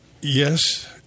yes